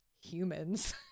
humans